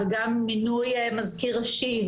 וגם מינוי מזכיר אישי,